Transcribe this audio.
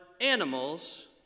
animals